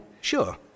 sure